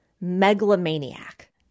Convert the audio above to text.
megalomaniac